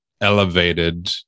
elevated